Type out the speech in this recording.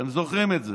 אתם זוכרים את זה.